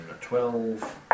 twelve